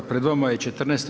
Pred vama je 14.